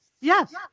Yes